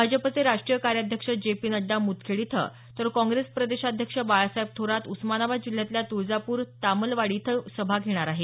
भाजपचे राष्ट्रीय कार्याध्यक्ष जे पी नड्डा मुदखेड इथं तर काँग्रेस प्रदेशाध्यक्ष बाळासाहेब थोरात उस्मानाबाद जिल्ह्यातल्या तुळजापूर तामलवाडी इथं सभा घेणार आहेत